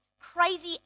crazy